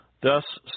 Thus